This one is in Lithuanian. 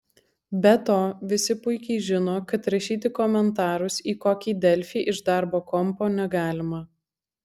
be to visi puikiai žino kad rašyti komentarus į kokį delfį iš darbo kompo negalima